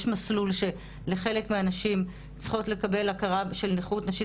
יש מסלול שלחלק מהנשים צריכות לקבל הכרה של נכות נפשית,